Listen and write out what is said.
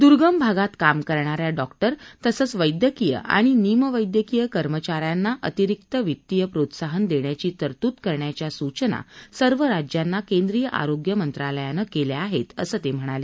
दुर्गम भागात काम करणाऱ्या डॉकटर तसंच वैद्यकीय आणि निम वैद्यकीय कर्मचाऱ्यांना अतिरिक वित्तीय प्रोत्साहन देण्याची तरतूद करण्याच्या सूचना सर्व राज्यांना केंद्रीय आरोग्य मंत्रालयांनं केल्या आहेत असं ते म्हणाले